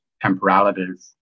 temporalities